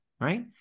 right